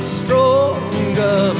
stronger